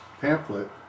pamphlet